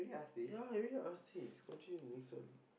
ya I already asked this continue the next one